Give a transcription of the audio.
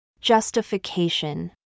Justification